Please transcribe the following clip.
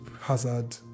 hazard